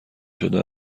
شده